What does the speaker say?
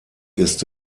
ist